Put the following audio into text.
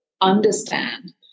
understand